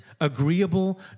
agreeable